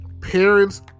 parents